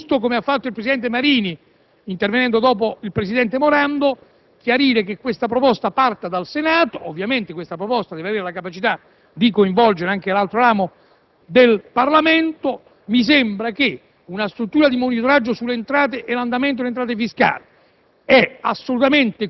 Credo che sia giusto, come ha fatto il presidente Marini, intervenendo dopo il presidente Morando, chiarire che questa proposta parta dal Senato, anche se dovrà avere la capacità di coinvolgere anche l'altro ramo del Parlamento. Mi sembra che una struttura di monitoraggio sulle entrate e sull'andamento delle entrate fiscali